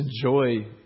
enjoy